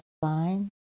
fine